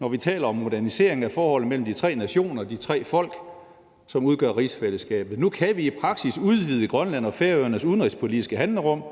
når vi taler om modernisering af forholdet mellem de tre nationer, de tre folk, som udgør rigsfællesskabet. Nu kan vi i praksis udvide Grønland og Færøernes udenrigspolitiske handlerum,